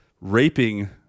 raping